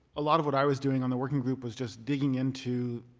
a lot of what i was doing on the working group was just digging into